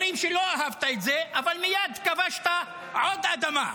אומרים שלא אהבת את זה, אבל מייד כבשת עוד אדמה.